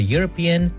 European